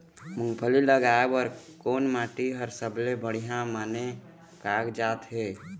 मूंगफली लगाय बर कोन माटी हर सबले बढ़िया माने कागजात हे?